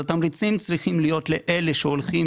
התמריצים צריכים להיות לאלה שהולכים